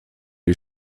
die